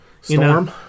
Storm